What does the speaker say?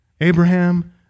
Abraham